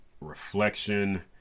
reflection